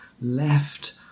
left